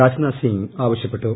രാജ്നാഥ് സിംഗ് ആവശ്യപ്പെട്ടു